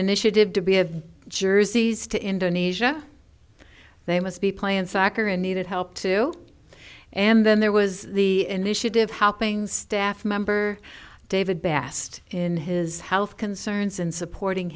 initiative to be a jersey's to indonesia they must be playing soccer and needed help to and then there was the initiative helping staff member david best in his health concerns and supporting